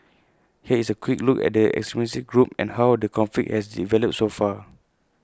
here is A quick look at the extremist group and how the conflict has developed so far